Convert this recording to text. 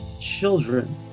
children